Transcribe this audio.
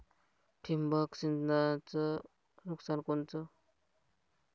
ठिबक सिंचनचं नुकसान कोनचं?